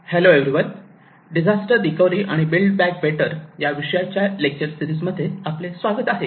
hello everyone disaster recovery आणि build back better या विषयाच्या लेक्चर सीरिजमध्ये आपले स्वागत आहे